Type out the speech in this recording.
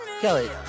Kelly